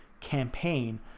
campaign